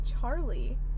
Charlie